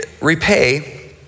repay